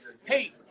hey